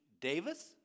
Davis